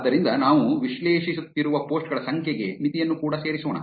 ಆದ್ದರಿಂದ ನಾವು ವಿಶ್ಲೇಷಿಸುತ್ತಿರುವ ಪೋಸ್ಟ್ ಗಳ ಸಂಖ್ಯೆಗೆ ಮಿತಿಯನ್ನು ಕೂಡ ಸೇರಿಸೋಣ